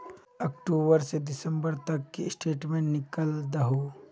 अक्टूबर से दिसंबर तक की स्टेटमेंट निकल दाहू?